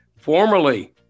formerly